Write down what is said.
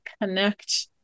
connect